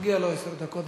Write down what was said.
מגיעות לו עשר דקות.